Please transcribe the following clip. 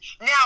now